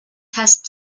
test